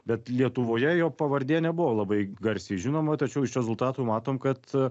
bet lietuvoje jo pavardė nebuvo labai garsiai žinoma tačiau iš rezultatų matom kad